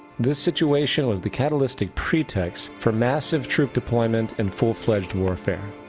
this situation was the catalystic pretext for massive troop deployment and full fledged warfare.